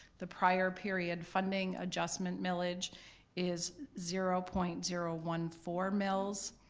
the prior period funding adjustment millage is zero point zero one four mills.